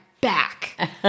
back